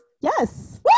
Yes